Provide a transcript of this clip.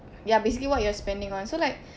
ya basically what you're spending on so like